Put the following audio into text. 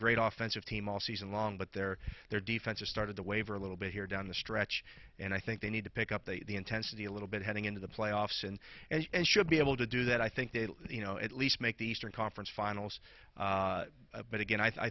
great off sense of team all season long but their their defense are started to waver a little bit here down the stretch and i think they need to pick up the intensity a little bit heading into the playoffs and and should be able to do that i think they you know at least make the eastern conference finals but again i